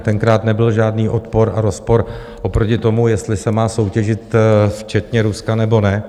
Tenkrát nebyl žádný odpor a rozpor oproti tomu, jestli se má soutěžit včetně Ruska, nebo ne.